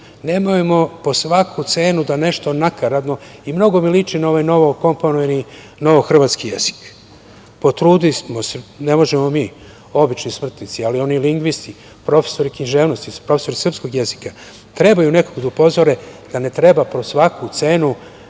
Nemojmo po svaku cenu da nešto nakaradno i mnogo mi liči na ovaj novokomponovani novohrvatski jezik. Potrudimo se, ne možemo mi, obični smrtnici, ali oni lingvisti, profesori književnosti, profesori srpskog jezika, trebaju nekoga da upozore da ne treba po svaku cenu